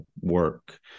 work